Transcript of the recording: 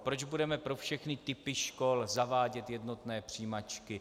Proč budeme pro všechny typy škol zavádět jednotné přijímačky?